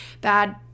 bad